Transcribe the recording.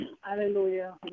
Hallelujah